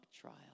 trial